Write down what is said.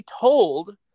told